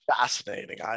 fascinating